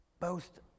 Boast